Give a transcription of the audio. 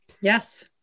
yes